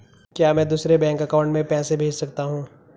क्या मैं दूसरे बैंक अकाउंट में पैसे भेज सकता हूँ?